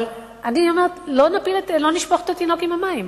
אבל אני אומרת לא לשפוך את התינוק עם המים.